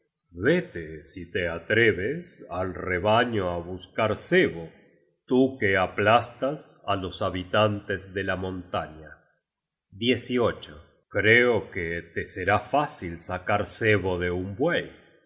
vete si te atreves al rebaño á buscar cebo tú que aplastas á los habitantes de la montaña creo que te será fácil sacar cebo de un buey